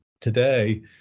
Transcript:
today